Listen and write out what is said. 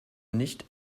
nicht